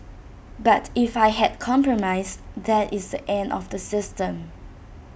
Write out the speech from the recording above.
but if I had compromised that is the end of the system